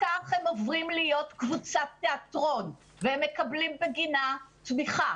כך הם עוברים להיות קבוצת תיאטרון והם מקבלים בגינה תמיכה,